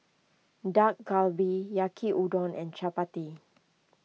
Dak Galbi Yaki Udon and Chapati